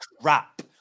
Crap